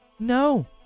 No